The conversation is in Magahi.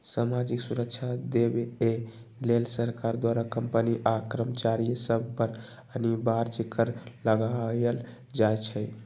सामाजिक सुरक्षा देबऐ लेल सरकार द्वारा कंपनी आ कर्मचारिय सभ पर अनिवार्ज कर लगायल जाइ छइ